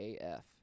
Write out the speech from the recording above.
AF